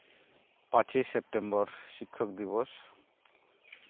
ᱯᱟᱸᱪᱮ September ᱥᱤᱠᱠᱷᱚᱠ ᱫᱤᱵᱚᱥ